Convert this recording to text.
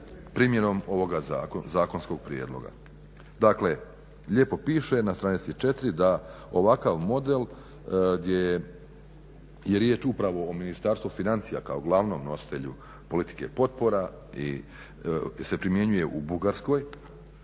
primjenom ovoga zakonskog prijedloga. Dakle, lijepo piše na str. 4. da ovakav model gdje je riječ upravo o Ministarstvu financija kao glavnom nositelju politike potpora se primjenjuje u Bugarskoj,